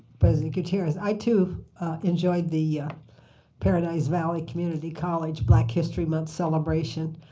president gutierrez. i too enjoyed the yeah paradise valley community college black history month celebration.